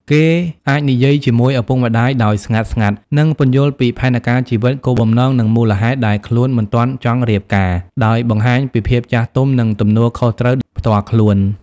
គេអាចនិយាយជាមួយឪពុកម្តាយដោយស្ងាត់ៗ និងពន្យល់ពីផែនការជីវិត គោលបំណង និងមូលហេតុដែលខ្លួនមិនទាន់ចង់រៀបការ ដោយបង្ហាញពីភាពចាស់ទុំ និងទំនួលខុសត្រូវផ្ទាល់ខ្លួន ។